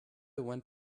went